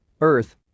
earth